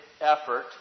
effort